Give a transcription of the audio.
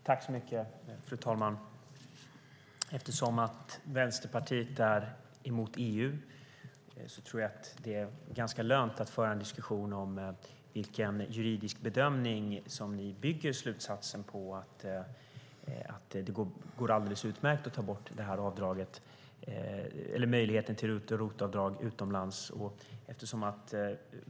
Fru talman! Eftersom Vänsterpartiet är emot EU är det inte så lönt att föra en diskussion om vilken juridisk bedömning som ni bygger slutsatsen på att det går alldeles utmärkt att ta bort möjligheten till RUT och ROT-avdrag utomlands.